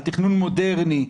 על תכנון מודרני,